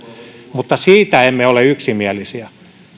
mutta siitä emme ole yksimielisiä